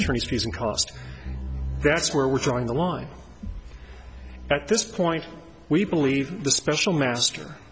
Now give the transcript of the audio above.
attorney's fees and cost that's where we're drawing the line at this point we believe the special master